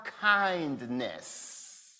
kindness